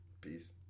Peace